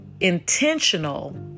intentional